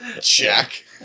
check